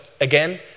Again